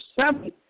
seven